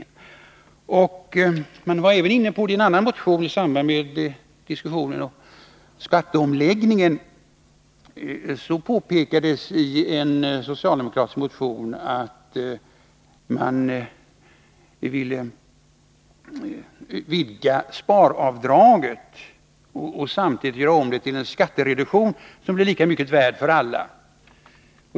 De var också inne på samma sak i en annan socialdemokratisk motion i samband med diskussionen om skatteomläggningen. I den påpekades att man ville vidga sparavdraget och göra om det till en skattereduktion lika mycket värd för alla.